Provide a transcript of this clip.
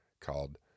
called